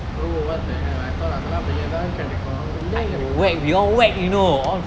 bro what the hell I thought அதெல்லாம் வெலிய தான் கிடைக்கும் உல்லயும் கிடைக்குமா:athellam veliya than kidaikum ulleyum kidaikuma